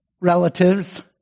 relatives